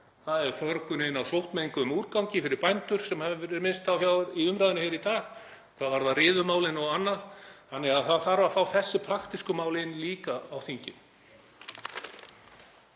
það er förgunin á sóttmenguðum úrgangi fyrir bændur, sem hefur verið minnst á í umræðunni hér í dag hvað varðar riðumálin og annað. Það þarf að fá þessi praktísku mál líka í þingið.